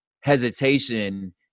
hesitation